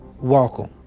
Welcome